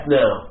now